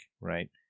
right